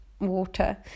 water